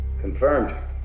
Confirmed